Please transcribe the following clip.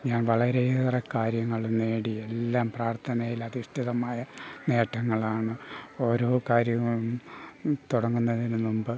ഞാൻ വളരെയേറെ കാര്യങ്ങൾ നേടി എല്ലാം പ്രാർത്ഥനയിൽ അധിഷ്ഠിതമായ നേട്ടങ്ങളാണ് ഓരോ കാര്യവും തുടങ്ങുന്നതിനു മുമ്പ്